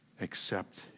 accept